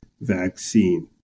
vaccine